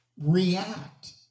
react